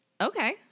Okay